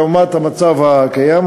לעומת המצב הקיים,